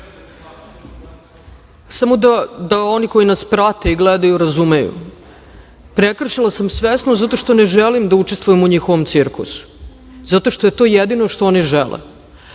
da oni koji nas prate i gledaju razumeju – prekršila sam svesno zato što ne želim da učestvujem u njihovom cirkusu, zato što je to jedino što oni žele,